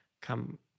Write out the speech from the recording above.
come